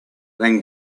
than